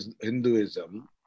Hinduism